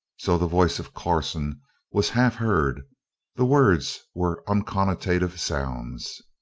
so the voice of corson was half heard the words were unconnotative sounds.